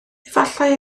efallai